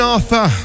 Arthur